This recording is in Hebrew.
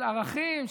של ערכים,